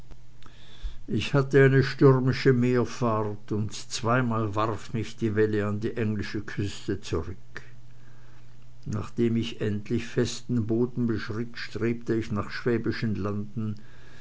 ich hatte eine stürmische meerfahrt und zweimal warf mich die welle an die englische küste zurück nachdem ich endlich festen boden beschritt strebte ich nach schwäbischen landen